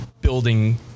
building